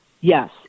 yes